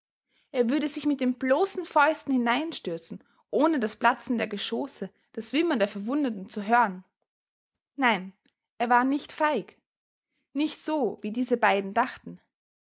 er würde sich mit den bloßen fäusten hineinstürzen ohne das platzen der geschosse das wimmern der verwundeten zu hören nein er war nicht feig nicht so wie diese beiden dachten